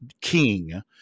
king